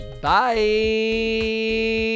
bye